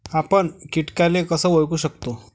आपन कीटकाले कस ओळखू शकतो?